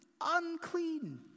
unclean